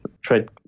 trade